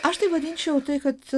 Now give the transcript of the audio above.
aš taip vadinčiau tai kad